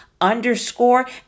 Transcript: underscore